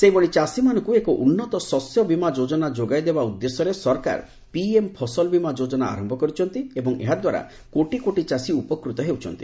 ସେହିଭଳି ଚାଷୀମାନଙ୍କୁ ଏକ ଉନ୍ନତ ଶସ୍ୟବିମା ଯୋଜନା ଯୋଗାଇଦେବା ଉଦ୍ଦେଶ୍ୟରେ ସରକାର ପିଏମ୍ ଫସଲବିମା ଯୋଜନା ଆରମ୍ଭ କରିଛନ୍ତି ଏବଂ ଏହାଦ୍ଧାରା କୋଟି କୋଟି ଚାଷୀ ଉପକୃତ ହେଉଛନ୍ତି